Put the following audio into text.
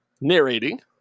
narrating